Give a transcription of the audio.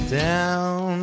down